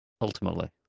Ultimately